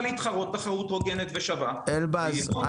להתחרות תחרות הוגנת ושווה --- אין בעיה.